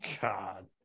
God